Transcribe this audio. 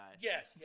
Yes